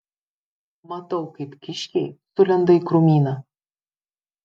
matau kaip kiškiai sulenda į krūmyną